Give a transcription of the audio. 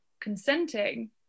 consenting